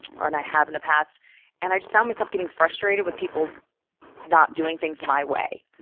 or and i have in the past and i just found myself getting frustrated with people not doing things my way.